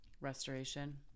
restoration